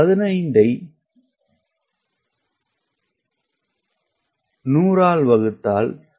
எனவே 15 ஐ நூலால் வகுத்தால் 0